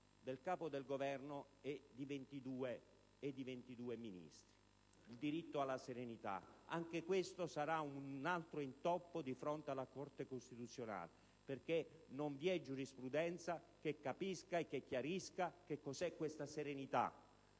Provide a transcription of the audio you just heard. del Capo del Governo e di 22 Ministri. Il diritto alla serenità: anche questo sarà un intoppo di fronte alla Corte costituzionale, perché non vi è giurisprudenza che chiarisca cosa è questa serenità.